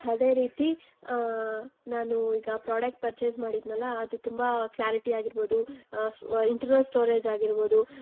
ಅದೇ ರೀತಿ ನಾನು ಈಗ ಪ್ರಾಡಕ್ಟ್ ಪರ್ಚೇಸ್ ಮಾಡಿದ್ನಲ್ಲ ಅದು ತುಂಬಾ ಕ್ಲಾರಿಟಿ ಆಗಿರ್ಬೋದು ಇನ್ಟ್ರನಲ್ ಸ್ಟೋರೇಜ್ ಆಗಿರ್ಬೋದು